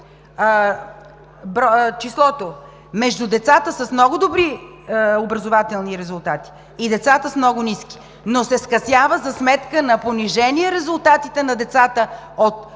между децата с много добри образователни резултати и децата с много ниски, но се скъсява за сметка на понижението на резултатите на добрите